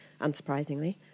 unsurprisingly